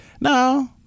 No